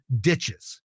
ditches